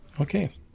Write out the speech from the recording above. Okay